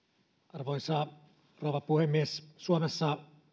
arvoisa rouva puhemies suomessa